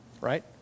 right